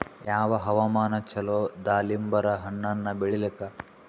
ಯಾವ ಹವಾಮಾನ ಚಲೋ ದಾಲಿಂಬರ ಹಣ್ಣನ್ನ ಬೆಳಿಲಿಕ?